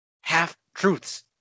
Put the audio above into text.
Half-truths